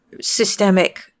systemic